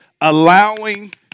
allowing